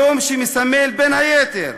היום שמסמל, בין היתר,